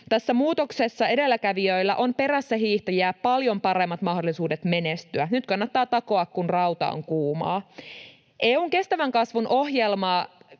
Tässä muutoksessa edelläkävijöillä on perässähiihtäjiä paljon paremmat mahdollisuudet menestyä. Nyt kannattaa takoa, kun rauta on kuumaa. EU:n kestävän kasvun ohjelma